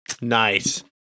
Nice